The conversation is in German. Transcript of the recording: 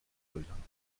gelangen